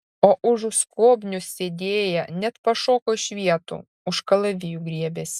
o užu skobnių sėdėję net pašoko iš vietų už kalavijų griebėsi